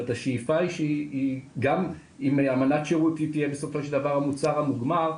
השאיפה היא שגם אם אמנת שירות תהיה בסופו של דבר המוצר המוגמר,